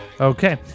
Okay